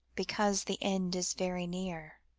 because the end is very near.